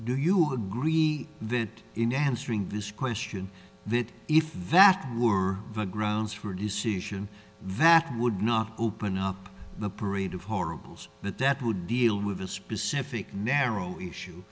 do you agree that in answering this question that if that were the grounds for a decision that would not open up the parade of horribles but that would deal with a specific narrow issue